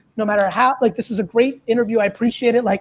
no matter how, like this was a great interview, i appreciate it. like,